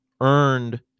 earned